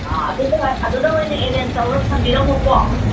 ꯑꯥ ꯑꯗꯨꯗ ꯑꯣꯏꯅ ꯑꯦꯔꯦꯟꯖ ꯇꯧꯔꯒ ꯊꯝꯕꯤꯔꯝꯃꯣꯀꯣ